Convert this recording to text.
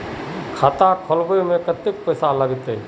खाता खोलबे में कते पैसा लगते?